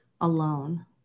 alone